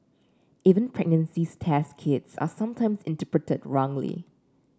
even pregnancy test kits are sometimes interpreted wrongly